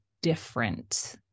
different